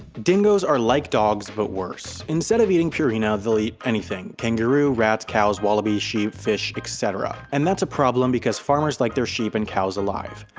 dingos are like dogs, but worse. instead of eating purina they'll eat anything kangaroo, rats, cows, wallaby, sheep, fish, etc and that's a problem because farmers like their sheep and cows alive.